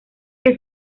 que